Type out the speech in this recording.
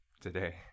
today